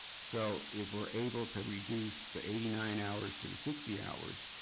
so if we're able to reduce the eighty nine hours to the sixty hours,